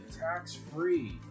tax-free